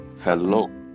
Hello